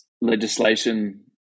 legislation